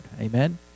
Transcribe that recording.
amen